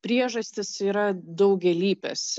priežastys yra daugialypės